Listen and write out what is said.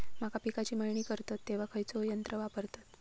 मका पिकाची मळणी करतत तेव्हा खैयचो यंत्र वापरतत?